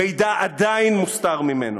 מידע עדיין מוסתר ממנו,